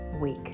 week